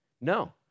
No